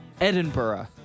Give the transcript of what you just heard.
Edinburgh